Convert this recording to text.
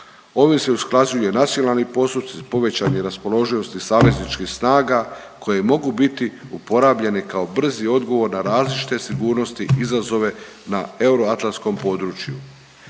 se ne razumije./... povećani raspoloživosti savezničkih snaga koje mogu biti uporabljene kao brzi odgovor na različite sigurnosti, izazove na euroatlantskom području.